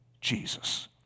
Jesus